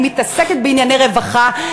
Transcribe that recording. אני מתעסקת בענייני רווחה,